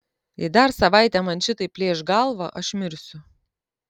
jei dar savaitę man šitaip plėš galvą aš mirsiu